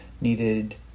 needed